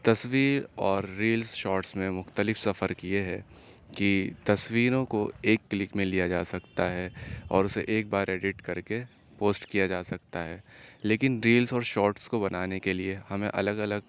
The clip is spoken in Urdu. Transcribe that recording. تصویر اور ریلس شارٹس میں مختلف سا فرق یہ ہے کہ تصویروں کو ایک کلک میں لیا جا سکتا ہے اور اسے ایک بار ایڈیٹ کر کے پوسٹ کیا جا سکتا ہے لیکن ریلس اور شارٹس کو بنانے کے لیے ہمیں الگ الگ